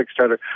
Kickstarter